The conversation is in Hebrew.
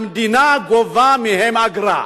המדינה גובה מהם אגרה.